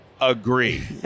agree